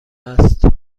است